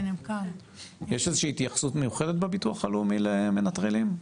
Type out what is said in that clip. יש התייחסות מיוחדת בביטוח הלאומי למנטרלים?